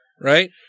Right